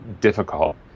difficult